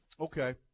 Okay